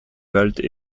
baltes